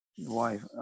wife